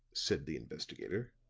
said the investigator,